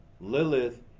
Lilith